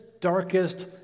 darkest